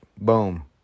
boom